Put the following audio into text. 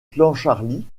clancharlie